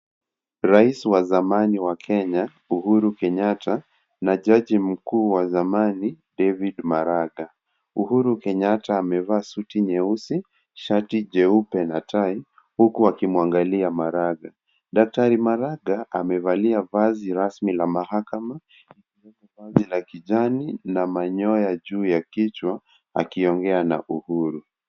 Rais wa zamani wa Kenya, Uhuru Kenyatta na jaji mkuu wa zamani, David Maraga. Uhuru Kenyatta amevaa suti nyeusi, shati jeupe na tai huku akimwangalia Maraga. Daktari Maraga amevalia vazi rasmi la mahakama, vazi la kijani na manyoya juu ya kichwa akiongea na Uhuru.